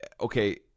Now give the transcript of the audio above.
okay